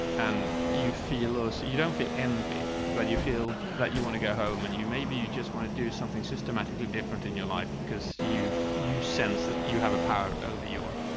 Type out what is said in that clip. and you feel as, you don't feel envy you, but you feel that you want to go home. and you may be, you just want to do something systematically different in your life because you've, you sense that you have a power over your,